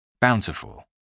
Bountiful